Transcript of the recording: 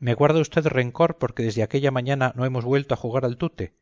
me guarda usted rencor porque desde aquella mañana no hemos vuelto a jugar al tute